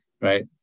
Right